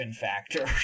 factor